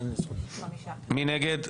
מי נגד?